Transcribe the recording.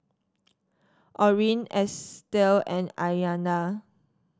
Orrin Estell and Aiyana